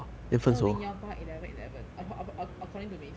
二零幺八 eleven eleven acc~ acc~ acc~ according to mei qi